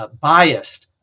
biased